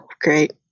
great